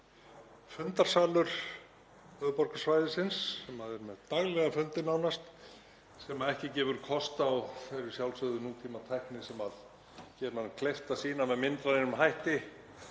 fundarsalur höfuðborgarsvæðisins sem er nánast með daglega fundi og sem ekki gefur kost á þeirri sjálfsögðu nútímatækni sem gerir manni kleift að sýna með myndrænum hætti